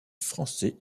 français